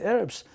Arabs